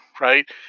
right